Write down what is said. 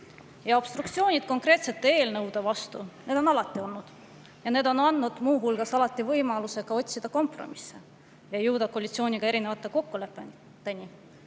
Obstruktsioon konkreetsete eelnõude vastu on alati olnud ja see on andnud muu hulgas võimaluse otsida kompromisse ja jõuda koalitsiooniga erinevate kokkulepeteni.